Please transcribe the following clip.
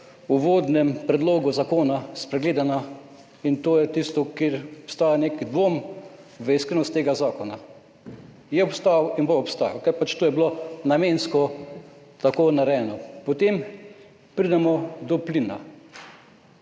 v uvodnem predlogu zakona spregledana, in to je tisto, kjer obstaja neki dvom v iskrenost tega zakona. Je obstal in bo obstajal, ker to je bilo namensko tako narejeno. Potem pridemo do plina.